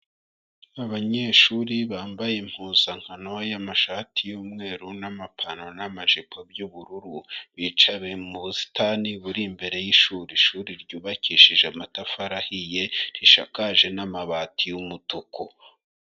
Abanyeshuri bambaye impuzankano y'amashati y'umweru n'amapantaro n'amajipo by'ubururu, bica mu busitani buri imbere y'ishuri, ishuri ryuyubakishije amatafari ahiye, rishakaje n'amabati y'umutuku.